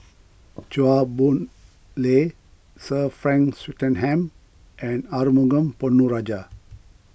Chua Boon Lay Sir Frank Swettenham and Arumugam Ponnu Rajah